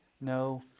no